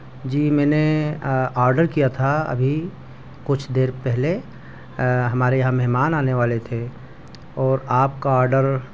جی میں نے آرڈر کیا تھا ابھی کچھ دیر پہلے ہمارے یہاں مہمان آنے والے تھے اور آپ کا آرڈر